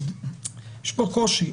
יש פה קושי,